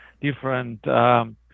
different